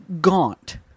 gaunt